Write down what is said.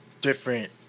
different